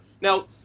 Now